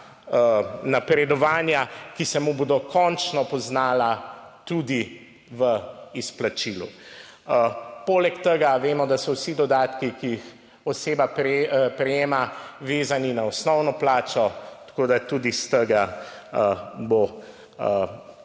napredovanja, ki se mu bodo končno poznala tudi v izplačilu. Poleg tega vemo, da so vsi dodatki, ki jih oseba prejema vezani na osnovno plačo, tako da tudi s tega vidika,